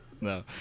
No